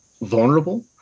vulnerable